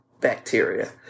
bacteria